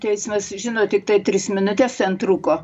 teismas žinot tiktai tris minutes ten truko